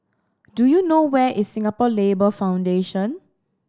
do you know where is Singapore Labour Foundation